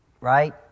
Right